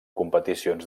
competicions